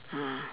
ah